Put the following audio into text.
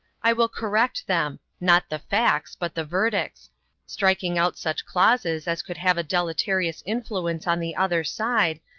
i will correct them not the facts, but the verdicts striking out such clauses as could have a deleterious influence on the other side,